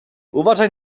uważaj